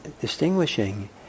distinguishing